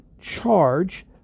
charge